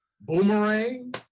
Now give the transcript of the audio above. Boomerang